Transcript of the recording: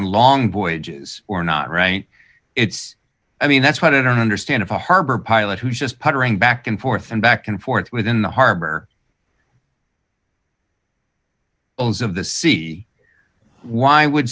a long voyages or not right it's i mean that's what i don't understand if i harbor pilot who's just puttering back and forth and back and forth within the harbor owns of the sea why would